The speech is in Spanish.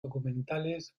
documentales